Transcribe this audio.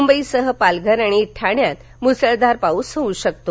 मुंबईसह पालघर आणि ठाण्यात मुसळधार पाऊस होऊ शकतो